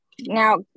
Now